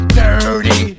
dirty